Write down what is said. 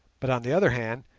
but on the other hand,